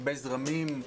הרבה זרמים,